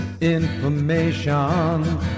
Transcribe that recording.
information